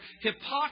hypocrisy